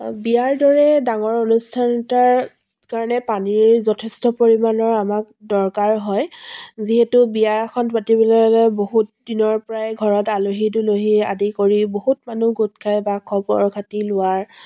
বিয়াৰ দৰে ডাঙৰ অনুষ্ঠান এটাৰ কাৰণে পানীৰ যথেষ্ট পৰিমাণৰ আমাক দৰকাৰ হয় যিহেতু বিয়া এখন পাতিবলৈ হ'লে বহুত দিনৰ পৰাই ঘৰত আলহী দুলহী আদি কৰি বহুত মানুহ গোট খায় বা খবৰ খাতি লোৱাৰ